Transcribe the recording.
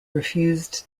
refused